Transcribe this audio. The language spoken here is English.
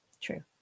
True